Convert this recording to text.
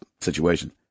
situation